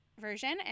version